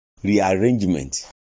Rearrangement